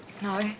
No